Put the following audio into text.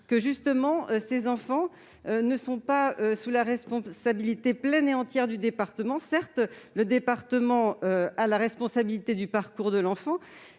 que les enfants ne soient pas sous la responsabilité pleine et entière du département. Même si celui-ci a la responsabilité du parcours de l'enfant,